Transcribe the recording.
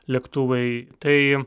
lėktuvai tai